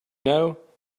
know